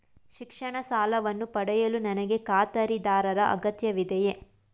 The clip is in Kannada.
ಶಿಕ್ಷಣ ಸಾಲವನ್ನು ಪಡೆಯಲು ನನಗೆ ಖಾತರಿದಾರರ ಅಗತ್ಯವಿದೆಯೇ?